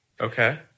Okay